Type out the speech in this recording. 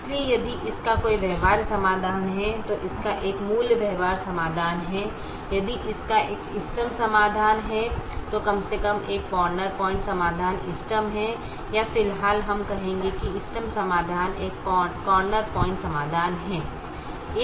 इसलिए यदि इसका कोई व्यवहार्य समाधान है तो इसका एक मूल व्यवहार्य समाधान है यदि इसका एक इष्टतम समाधान है तो कम से कम एक कॉर्नर पॉइंट समाधान इष्टतम है या फिलहाल हम कहेंगे कि इष्टतम समाधान एक कॉर्नर पॉइंट समाधान है